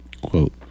Quote